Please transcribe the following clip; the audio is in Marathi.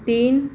तीन